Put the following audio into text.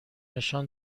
نشان